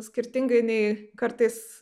skirtingai nei kartais